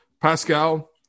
Pascal